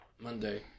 Monday